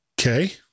Okay